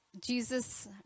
Jesus